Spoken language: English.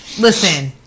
listen